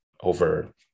over